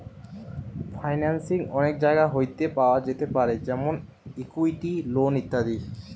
financing অনেক জায়গা হইতে পাওয়া যেতে পারে যেমন ইকুইটি, লোন ইত্যাদি